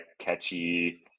catchy